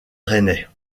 rennais